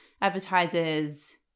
Advertisers